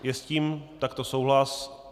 Je s tím takto souhlas?